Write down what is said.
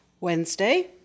Wednesday